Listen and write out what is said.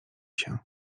się